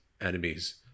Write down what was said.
enemies